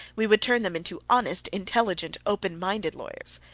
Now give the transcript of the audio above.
we would turn them into honest, intelligent, open-minded lawyers.